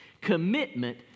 commitment